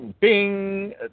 bing